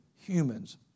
humans